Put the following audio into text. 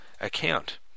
account